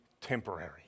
temporary